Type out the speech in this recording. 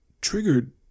triggered